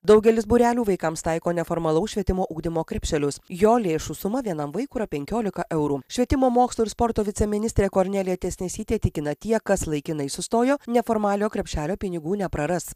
daugelis būrelių vaikams taiko neformalaus švietimo ugdymo krepšelius jo lėšų suma vienam vaikui yra penkiolika eurų švietimo mokslo ir sporto viceministrė kornelija tiesnesytė tikina tie kas laikinai sustojo neformaliojo krepšelio pinigų nepraras